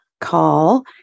call